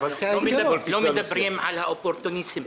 לא מדברים על האופורטוניזם.